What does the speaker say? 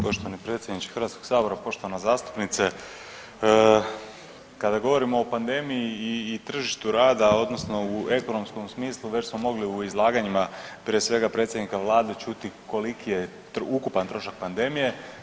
Poštovani predsjedniče Hrvatskog sabora, poštovana zastupnice kada govorimo o pandemiji i tržištu rada odnosno u ekonomskom smislu već smo mogli u izlaganjima prije svega predsjednika Vlade čuti koliki je ukupan trošak pandemije.